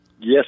Yes